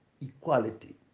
equality